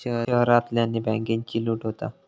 शहरांतल्यानी बॅन्केची लूट होता